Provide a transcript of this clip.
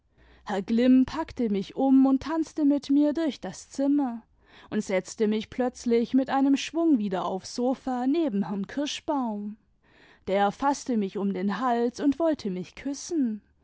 herr glimm packte mich um und tanzte mit mir durch das zimmer und setzte mich plötzlich mit einem schwung wieder aufs sofa neben herrn kirschbaum der faßte mich um den hals und wollte mich küssen